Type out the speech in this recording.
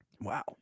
Wow